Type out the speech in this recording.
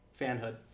Fanhood